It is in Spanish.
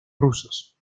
rusos